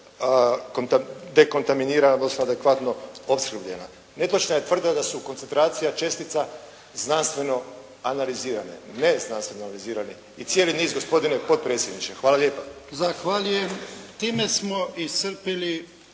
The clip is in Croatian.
dekontaminirana i da su adekvatno opskrbljena. Netočna je tvrdnja da su koncentracija čestica znanstveno analizirane. Ne znanstveno analizirani i cijeli niz gospodine potpredsjedniče. Hvala lijepa. **Jarnjak, Ivan (HDZ)** Zahvaljujem. Time smo iscrpili